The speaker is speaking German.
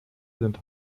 sind